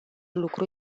lucru